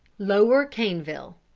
lower caneville.